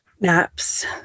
Naps